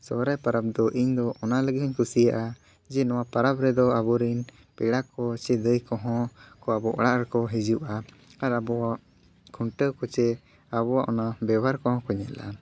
ᱥᱚᱦᱨᱟᱭ ᱯᱟᱨᱟᱵᱽ ᱫᱚ ᱤᱧ ᱫᱚ ᱚᱱᱟ ᱞᱟᱹᱜᱤᱫ ᱦᱚᱧ ᱠᱩᱥᱤᱭᱟᱜᱼᱟ ᱡᱮ ᱱᱚᱣᱟ ᱯᱟᱨᱟᱵ ᱨᱮᱫᱚ ᱟᱵᱚᱨᱤᱱ ᱯᱮᱲᱟ ᱠᱚ ᱥᱮ ᱫᱟᱹᱭ ᱠᱚᱦᱚᱸ ᱠᱚ ᱟᱵᱚ ᱚᱲᱟᱜ ᱨᱮᱠᱚ ᱦᱤᱡᱩᱜᱼᱟ ᱟᱨ ᱟᱵᱚᱣᱟᱜ ᱠᱷᱩᱱᱴᱟᱹᱣ ᱠᱚᱣᱟ ᱪᱮ ᱟᱵᱚᱣᱟᱜ ᱚᱱᱟ ᱵᱮᱵᱚᱦᱟᱨ ᱠᱚᱦᱚᱸ ᱠᱚ ᱧᱮᱞᱟ